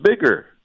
bigger